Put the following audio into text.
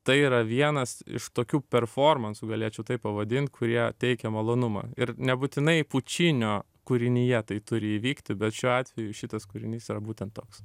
tai yra vienas iš tokių performansų galėčiau taip pavadint kurie teikia malonumą ir nebūtinai pučinio kūrinyje tai turi įvykti bet šiuo atveju šitas kūrinys yra būtent toks